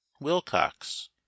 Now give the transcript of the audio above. wilcox